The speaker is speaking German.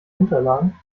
unterlagen